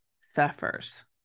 suffers